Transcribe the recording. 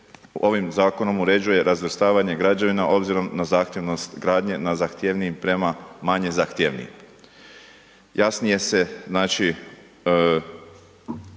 ovim zakonom uređuje razvrstavanje građevina obzirom na zahtjevnost gradnje na zahtjevnijim prema manje zahtjevnijim. Jasnije se, znači,